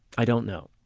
i don't know